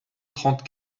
trente